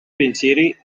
pensieri